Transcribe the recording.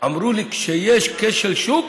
אמרו לי: כשיש כשל שוק,